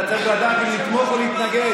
אתה צריך לדעת אם לתמוך או להתנגד.